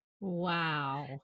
Wow